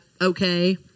okay